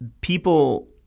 People